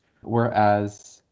Whereas